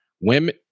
Women